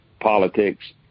politics